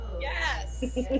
Yes